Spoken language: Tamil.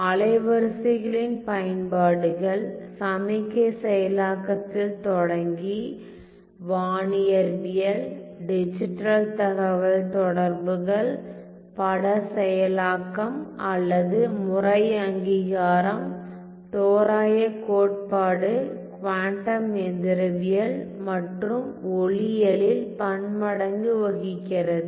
அலைவரிசைகளின் பயன்பாடுகள் சமிக்ஞை செயலாக்கத்தில் தொடங்கி வானியற்பியல் டிஜிட்டல் தகவல்தொடர்புகள் பட செயலாக்கம் அல்லது முறை அங்கீகாரம் தோராயக் கோட்பாடு குவாண்டம் எந்திரவியல் மற்றும் ஒளியியலில் பன்மடங்கு வகிக்கிறது